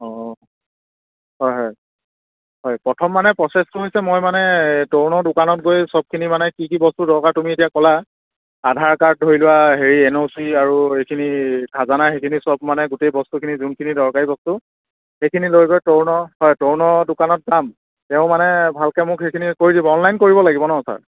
অঁ হয় হয় হয় প্ৰথম মানে প্ৰচেছটো হৈছে মই মানে তৰুণৰ দোকানত গৈ চবখিনি মানে কি কি বস্তু দৰকাৰ তুমি এতিয়া ক'লা আধাৰ কাৰ্ড ধৰি লোৱা হেৰি এন অ' চি আৰু এইখিনি খাজানা সেইখিনি চব মানে গোটেই বস্তুখিনি যোনখিনি দৰকাৰী বস্তু সেইখিনি লৈ গৈ তৰুণৰ হয় তৰুণৰ দোকানত পাম তেওঁ মানে ভালকে মোক সেইখিনি কৰি দিব অনলাইন কৰিব লাগিব ন ছাৰ